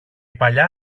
παλιά